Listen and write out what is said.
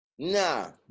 Nah